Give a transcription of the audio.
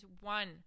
one